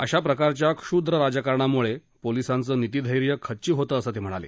अशा प्रकारच्या क्षुद्र राजकारणामुळे पोलिसांचं नीतीधैर्य खच्ची होतं असं ते म्हणाले